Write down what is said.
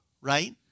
right